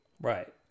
Right